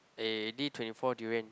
eh D twenty four durian